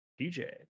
dj